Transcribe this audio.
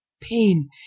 pain